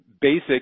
basic